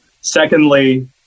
Secondly